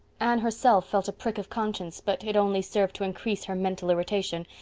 anne herself felt a prick of conscience but it only served to increase her mental irritation,